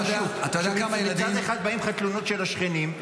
שמצד אחד באות לך תלונות של השכנים,